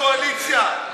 הקואליציה,